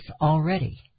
already